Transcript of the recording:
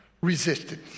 Resisted